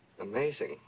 amazing